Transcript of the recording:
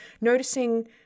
noticing